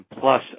plus